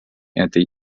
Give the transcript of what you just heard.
этой